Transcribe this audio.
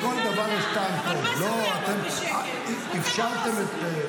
אתם אפשרתם את זה.